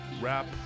rap